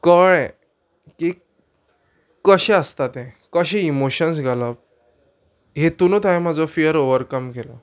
कळ्ळें की कशें आसता तें कशें इमोशन्स घालप हेतुनूत हांवेन म्हाजो फियर ओवरकम केलो